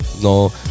no